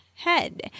head